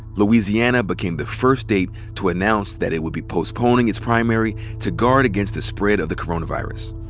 louisiana became the first state to announce that it would be postponing its primary to guard against the spread of the coronavirus.